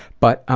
but